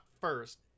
first